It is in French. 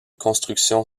construction